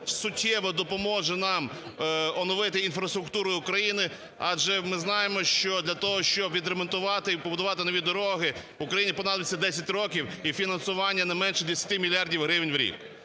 суттєво допоможе нам оновити інфраструктуру України. Адже ми знаємо, що для того, щоб відремонтувати і побудувати нові дороги, Україні понадобится 10 років і фінансування не менше 10 мільярдів гривен в рік.